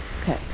Okay